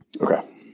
Okay